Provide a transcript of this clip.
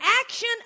action